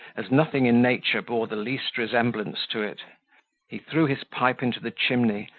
as nothing in nature bore the least resemblance to it he threw his pipe into the chimney,